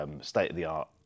state-of-the-art